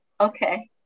okay